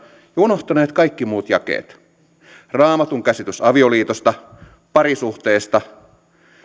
unohtaneet kaikki muut jakeet raamatun käsitys avioliitosta parisuhteesta